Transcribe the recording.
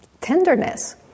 tenderness